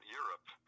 europe